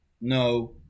no